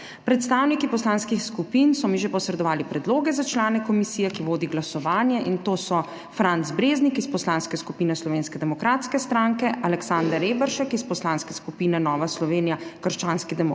Predstavniki poslanskih skupin so mi že posredovali predloge za člane komisije, ki vodi glasovanje, in to so Franc Breznik iz Poslanske skupine Slovenske demokratske stranke, Aleksander Reberšek iz Poslanske skupine Nova Slovenija – krščanski demokrati,